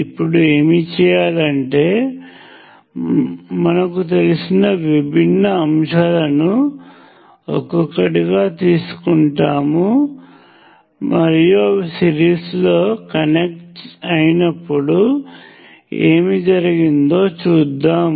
ఇప్పుడు ఏమి చేయాలంటే మనకు తెలిసిన విభిన్న అంశాలను ఒక్కొక్కటిగా తీసుకుంటాము మరియు అవి సిరీస్లో కనెక్ట్ అయినప్పుడు ఏమి జరిగిందో చూద్దాం